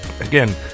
again